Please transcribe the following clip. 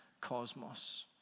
cosmos